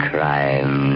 Crime